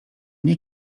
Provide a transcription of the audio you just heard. nie